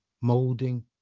molding